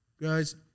guys